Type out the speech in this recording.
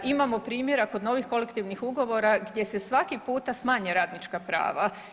Imamo primjera kod novih kolektivnih ugovora gdje se svaki puta smanje radnička prava.